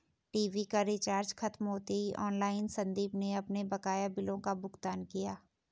TV का recharge खत्म होते ही ऑनलाइन संदीप ने अपने बकाया बिलों का भुगतान किया